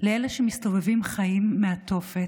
אלה שמסתובבים חיים מהתופת,